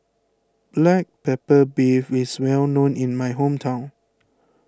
Black Pepper Beef is well known in my hometown